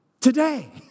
today